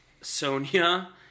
Sonia